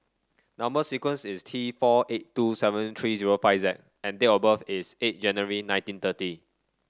number sequence is T four eight two seven three zero five Z and date of birth is eight January nineteen thirty